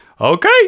Okay